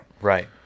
Right